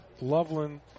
Loveland